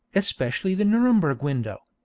especially the nuremberg window.